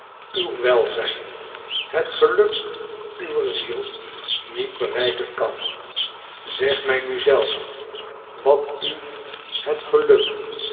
uw welzijn het geluk uwer ziel niet bereiken kan zeg mij nu zelf wat u het geluk